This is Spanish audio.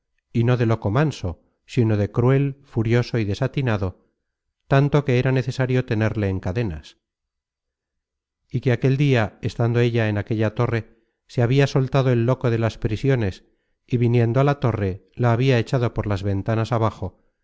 y no de loco manso sino de cruel furioso y desatinado tanto que era necesario tenerle en cadenas y que aquel dia estando ella en aquella torre se habia soltado el loco de las prisiones y viniendo a la torre la habia echado por las ventanas abajo